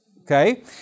okay